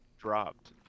Dropped